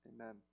Amen